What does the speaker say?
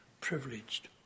privileged